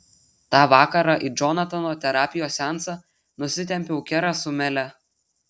tą vakarą į džonatano terapijos seansą nusitempiau kerą su mele